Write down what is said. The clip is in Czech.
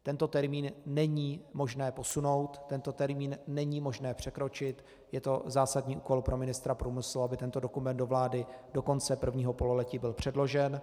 Tento termín není možné posunout, tento termín není možné překročit, je to zásadní úkol pro ministra průmyslu, aby tento dokument do vlády do konce prvního pololetí byl předložen.